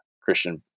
Christian